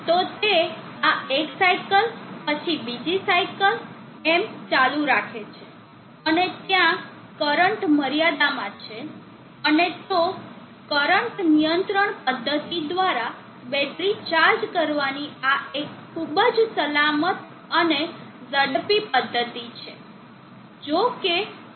તો તે આ એક સાઇકલ પછી બીજી સાયકલ એમ ચાલુ રાખે છે અને ત્યાં કરંટ મર્યાદામાં છે અને તો કરંટ નિયંત્રણ પદ્ધતિ દ્વારા બેટરી ચાર્જ કરવાની આ એક ખૂબ જ સલામત અને ઝડપી પદ્ધતિ છે